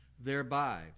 thereby